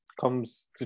comes